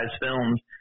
films